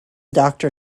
doctor